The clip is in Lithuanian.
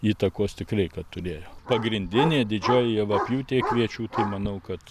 įtakos tikrai kad turėjo pagrindinė didžioji javapjūtė kviečių tai manau kad